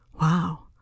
Wow